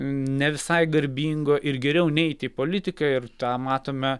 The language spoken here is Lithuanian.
ne visai garbingo ir geriau neiti į politiką ir tą matome